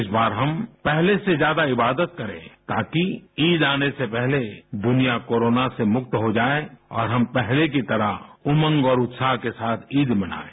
इस बार हम पहले से ज्यादा इवादत करें ताकि ईद आने से पहले दुनिया कोरोना से मुक्त हो जाये और हम पहले की तरह उमंग और उत्साह के साथ ईद मनायें